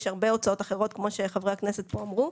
יש הרבה הוצאות אחרות כמו שחברי הכנסת פה אמרו.